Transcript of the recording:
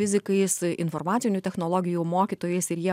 fizikais informacinių technologijų mokytojais ir jie